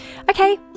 Okay